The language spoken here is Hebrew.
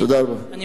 תודה, אדוני.